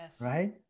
right